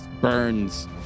burns